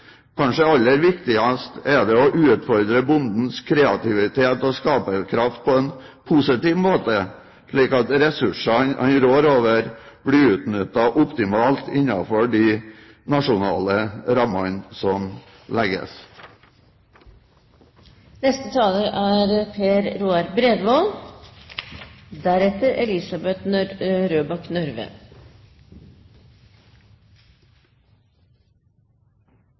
Kanskje aller viktigst er det å utfordre bondens kreativitet og skaperkraft på en positiv måte, slik at ressursene han rår over, blir utnyttet optimalt innenfor de nasjonale rammene som